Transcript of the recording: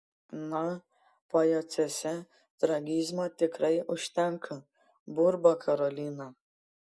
na pajacuose tragizmo tikrai užtenka burba karolina